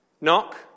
Knock